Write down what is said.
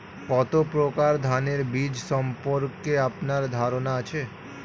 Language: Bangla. কত প্রকার ধানের বীজ সম্পর্কে আপনার ধারণা আছে?